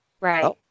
right